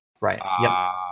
Right